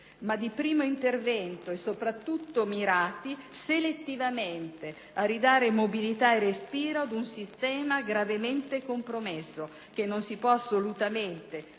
ma di primo intervento e, soprattutto, mirati selettivamente a ridare mobilità e respiro ad un sistema gravemente compromesso, che non si può assolutamente